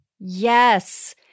Yes